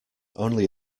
only